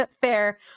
fair